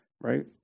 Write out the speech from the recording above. right